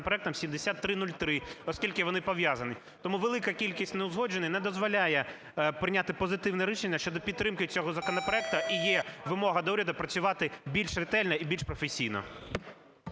законопроектом 7303, оскільки вони пов'язані. Тому велика кількість неузгодженостей не дозволяє прийняти позитивне рішення щодо підтримки цього законопроекту. І є вимога до уряду працювати більш ретельно і більш професійно.